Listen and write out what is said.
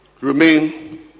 Remain